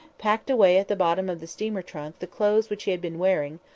packed away at the bottom of the steamer trunk the clothes which he had been wearing,